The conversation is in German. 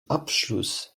abschluss